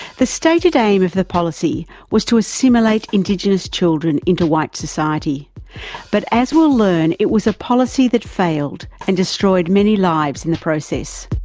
the stated aim of the policy was to assimilate indigenous children into white society but, as we will learn, it was a policy that failed and destroyed many lives in the process.